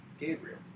Gabriel